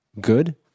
good